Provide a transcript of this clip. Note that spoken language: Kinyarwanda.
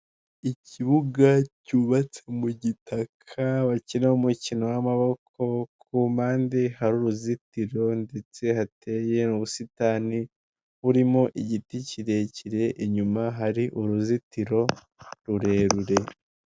Ikibuga cyubatse gitaka bakiniramo umukino w'amaboko ku mpande hari uruzitiro ndetse hateye mu ubusitani burimo igiti kirekire, inyuma hari uruzitiro rurerure.